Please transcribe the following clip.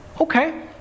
Okay